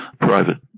private